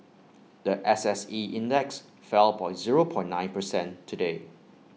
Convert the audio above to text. The S S E index fell point zero point nine percent today